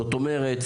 זאת אומרת,